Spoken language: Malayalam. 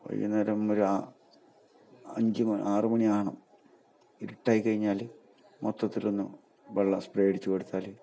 വൈകുന്നേരം ഒരു ആ അഞ്ച് മണി ആറ് മണി ആകണം ഇരുട്ടായി കഴിഞ്ഞാൽ മൊത്തത്തിൽ ഒന്ന് വെള്ളം സ്പ്രേ അടിച്ചു കൊടുത്താൽ